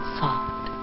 soft